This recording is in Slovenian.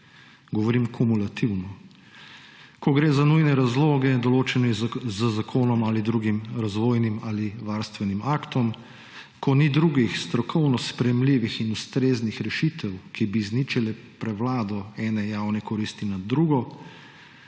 govorim kumulativno. Ko gre za nujne razloge in določene z zakonom ali drugim razvojnim ali varstvenim aktom, ko ni drugih strokovno sprejemljivih in ustreznih rešitev, ki bi izničile prevlado ene javne koristi nad drugo,